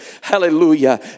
Hallelujah